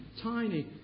tiny